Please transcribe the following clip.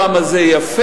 כמה זה יפה,